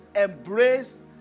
Embrace